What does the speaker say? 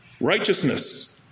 Righteousness